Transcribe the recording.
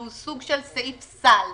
שהוא סוג של סעיף סל,